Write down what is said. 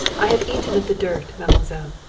i have eaten of the dirt, mademoiselle.